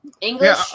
English